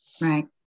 Right